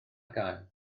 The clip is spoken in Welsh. gael